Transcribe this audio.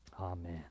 Amen